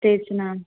तेच ना